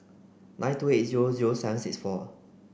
nine two eight zero zero seven six four